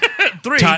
three